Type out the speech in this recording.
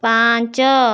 ପାଞ୍ଚ